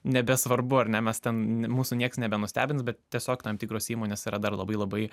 nebesvarbu ar ne mes ten mūsų nieks nebenustebins bet tiesiog tam tikros įmonės yra dar labai labai